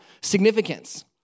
significance